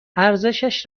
ارزشش